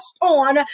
on